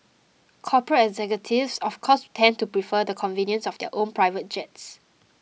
corporate executives of course tend to prefer the convenience of their own private jets